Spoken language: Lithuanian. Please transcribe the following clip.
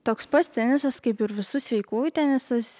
toks pats tenisas kaip ir visų sveikųjų tenisas